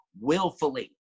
willfully